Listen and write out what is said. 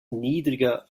niedriger